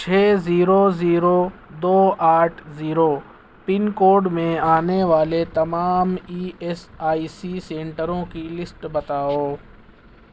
چھ zero zero دو آٹھ زیرو پن کوڈ میں آنے والے تمام ای ایس آئی سی سینٹروں کی لسٹ بتاؤ